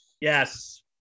Yes